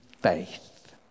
faith